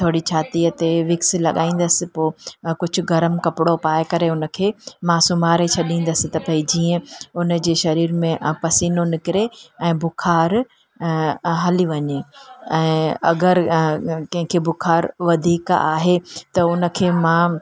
थोरी छातीअ ते विक्स लॻाईंदसि पोइ कुझु गरम कपिड़ो पाए करे उनखे मां सुम्हारे छॾींदसि जीअं उनजे शरीर में पसीनो निकिरे ऐं बुखार हली वञे ऐं अगरि कंहिंखे बुखार वधीक आहे त उनखे मां